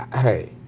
Hey